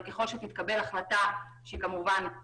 אבל ככל שתתקבל החלטה שכזו,